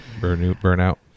Burnout